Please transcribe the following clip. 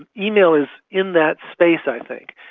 email is in that space i think.